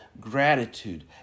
gratitude